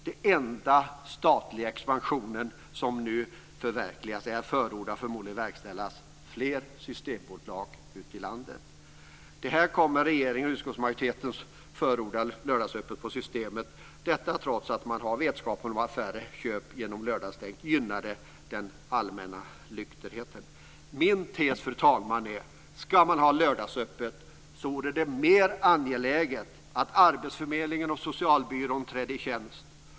Den enda statliga expansionen som nu förordas och förmodligen verkställs är fler systembutiker ute i landet. Till det kommer att regeringen och utskottsmajoriteten förordar lördagsöppet på Systemet trots att man har vetskap att färre köp genom lördagsstängt gynnade den allmänna nykterheten. Fru talman! Min tes är: Ska man ha lördagsöppet vore det mer angeläget att arbetsförmedlingen och socialbyrån trädde i tjänst.